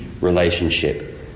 relationship